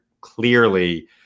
clearly